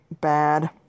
bad